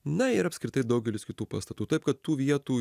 na ir apskritai daugelis kitų pastatų taip kad tų vietų